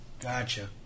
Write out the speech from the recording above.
Gotcha